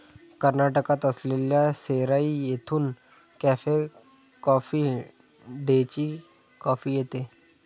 कर्नाटकात असलेल्या सेराई येथून कॅफे कॉफी डेची कॉफी येते